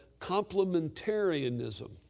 complementarianism